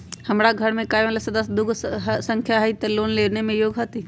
हमार घर मैं कमाए वाला सदस्य की संख्या दुगो हाई त हम लोन लेने में योग्य हती?